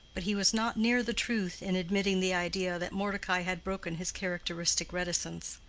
but he was not near the truth in admitting the idea that mordecai had broken his characteristic reticence.